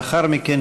לאחר מכן,